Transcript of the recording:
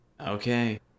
okay